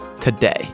today